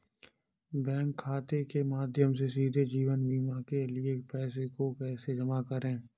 Bank खाते के माध्यम से सीधे जीवन बीमा के लिए पैसे को कैसे जमा करें?